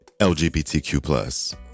LGBTQ+